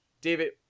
David